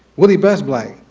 willy best black,